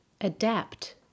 adapt